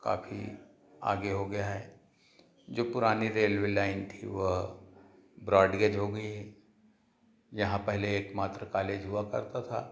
काफ़ी आगे हो गया है जो पुरानी रेलवे लाइन थी वह ब्रॉडगेज हो गई है यहाँ पहले एकमात्र कॉलेज हुआ करता था